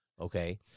Okay